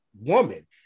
woman